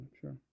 sure